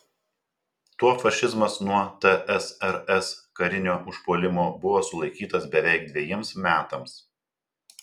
tuo fašizmas nuo tsrs karinio užpuolimo buvo sulaikytas beveik dvejiems metams